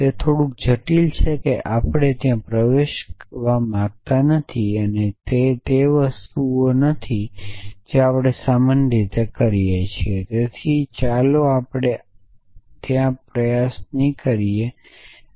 તે થોડુંક જટિલ છે કે આપણે ત્યાં પ્રવેશવા માંગતા નથી અને તે તે વસ્તુ નથી જે આપણે સામાન્ય રીતે કરીએ તેથી ચાલો આપણે પ્રયાસ કરીએ નહીં અને તે પણ કરીએ